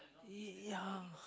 ya